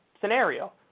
scenario